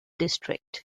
district